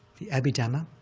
the abhidhamma,